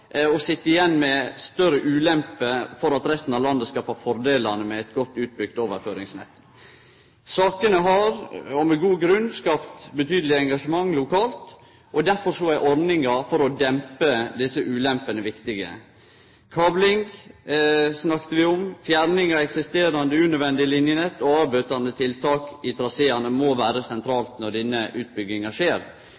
og sit igjen med større ulemper enn andre for at resten av landet skal få fordelane med eit godt utbygt overføringsnett. Sakene har – med god grunn – skapt betydeleg engasjement lokalt, og derfor er ordningar for å dempe desse ulempene viktige. Vi har snakka om kabling. Fjerning av eksisterande unødvendige linjenett og avbøtande tiltak i traseane må vere